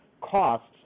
costs